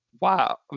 wow